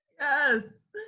yes